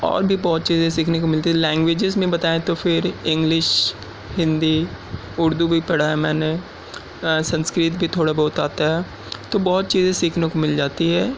اور بھی بہت چیزیں سیکھنے کو ملتی لینگوئجز میں بتائیں تو پھر انگلش ہندی اردو بھی پڑھا ہے میں نے سنسکرت بھی تھوڑا بہت آتا ہے تو بہت چیزیں سیکھنے کو مل جاتی ہے